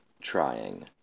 trying